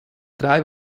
drei